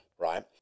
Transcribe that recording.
right